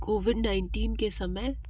Covid nineteen के समय